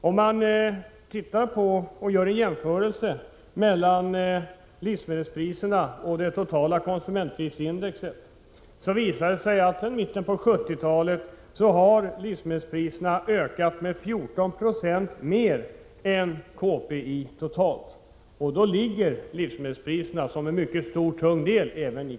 Om man tittar på och gör jämförelser mellan livsmedelspriserna och det totala konsumentprisindexet, KPI, finner man att livsmedelspriserna sedan mitten av 70-talet har ökat med 14 96 mer än det totala konsumentprisindexet. Ändå utgör livsmedelspriserna en mycket tung del av KPI.